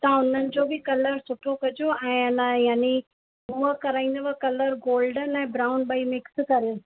त तव्हां उन्हनि जो बि कलर सुठो कजो ऐं न यानी हूअ कराईंदव कलर गोल्डन ऐं ब्राउन ॿई मिक्स करे